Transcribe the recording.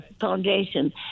Foundation